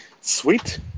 Sweet